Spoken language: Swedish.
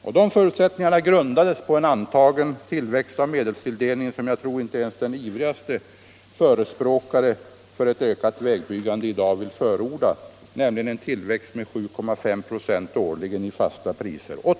Dessa förutsättningar grundades på en antagen tillväxt av medelstilldelningen som jag tror inte ens den ivrigaste förespråkare för ett ökat vägbyggande i dag vill förorda, nämligen en tillväxt med 7,5 96 årligen i fasta priser.